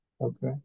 okay